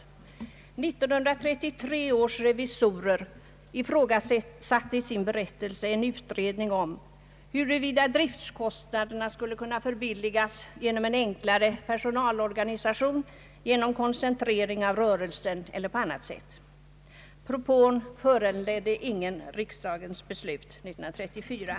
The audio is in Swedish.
1933 års revisorer ifrågasatte i sin berättelse en utredning om huruvida driftkostnaderna skulle kunna minskas genom en enklare personalorganisation, genom koncentrering av rörelsen eller på annat sätt. Propån föranledde inget riksdagens beslut 1934.